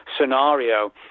scenario